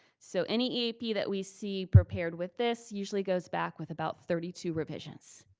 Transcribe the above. so any eap that we see prepared with this, usually goes back with about thirty two revisions.